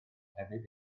hefyd